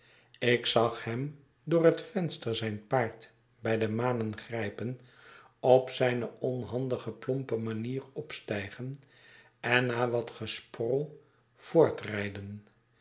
ik zag hem door het venster zijn paard bij de manen grijpen op zijne onhandige plompe manier opstijgen en na wat gesporrel voortrijden